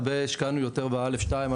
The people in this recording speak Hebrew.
הרבה השקענו בא'2,